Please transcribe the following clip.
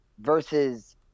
versus